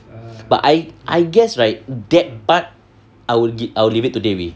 but I I guess right that part I will leave it to dewi